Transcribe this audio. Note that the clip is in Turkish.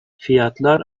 fiyatlar